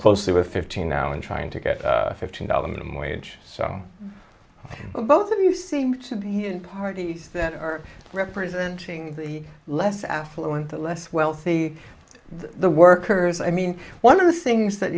closely with fifteen now in trying to get fifteen thousand minimum wage so well both of you seem to be in parties that are representing the less affluent the less wealthy the workers i mean one of the things that